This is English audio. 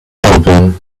album